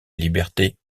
liberté